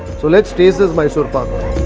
so let's taste this mysore. but